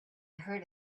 heard